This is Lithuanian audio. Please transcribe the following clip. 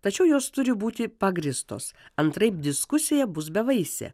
tačiau jos turi būti pagrįstos antraip diskusija bus bevaisė